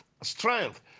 strength